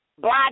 black